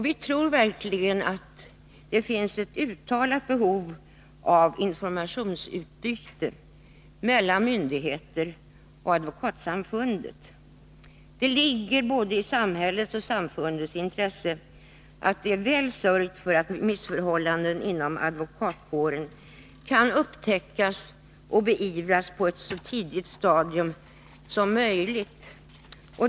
Vi tror verkligen att det finns ett uttalat behov av informationsutbyte mellan myndigheter och Advokatsamfundet. Det ligger både i samhällets och samfundets intresse att det är väl sörjt för att missförhållanden inom advokatkåren kan upptäckas och beivras på ett så tidigt stadium som möjligt.